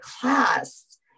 class